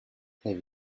have